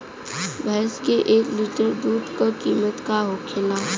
भैंस के एक लीटर दूध का कीमत का होखेला?